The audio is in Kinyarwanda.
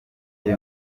gihe